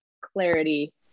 clarity